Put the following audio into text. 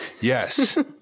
yes